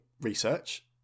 research